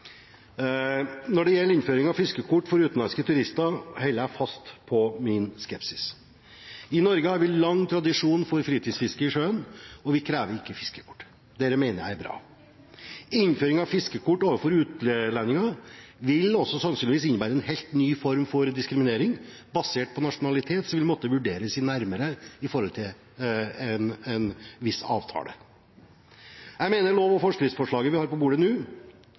Når det gjelder innføring av fiskekort for utenlandske turister, holder jeg fast ved min skepsis. I Norge har vi lang tradisjon for et fritt fritidsfiske i sjøen, og vi krever ikke fiskekort. Dette mener jeg er bra. Innføring av fiskekort for utlendinger vil sannsynligvis innebære en helt ny form for diskriminering basert på nasjonalitet som vil måtte vurderes nærmere i forhold til en viss avtale. Jeg mener det lov- og forskriftsforslaget vi har på bordet nå,